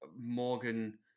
Morgan